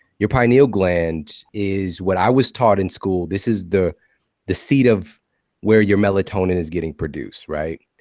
your pineal gland is what i was taught in school, this is the the seed of where your melatonin is getting produced, right?